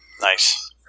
Nice